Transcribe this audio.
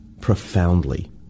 profoundly